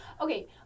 Okay